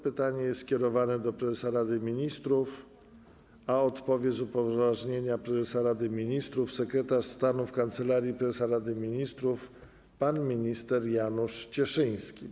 Pytanie jest skierowane do prezesa Rady Ministrów, a odpowie, z upoważnienia prezesa Rady Ministrów, sekretarz stanu w Kancelarii Prezesa Rady Ministrów pan minister Janusz Cieszyński.